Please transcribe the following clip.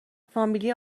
فامیلی